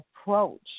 approach